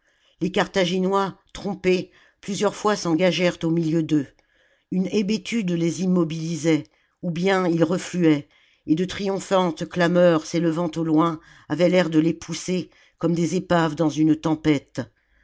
les carthaginois trompés plusieurs fois s'engagèrent au milieu d'eux une hébétude les immobilisait ou bien ils refluaient et de triomphantes clameurs s'élevant au loin avaient l'air de les pousser comme des épaves dans une tempête